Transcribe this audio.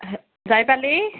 যাই পালি